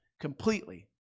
completely